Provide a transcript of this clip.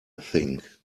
think